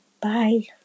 bye